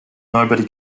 nobody